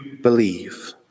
believe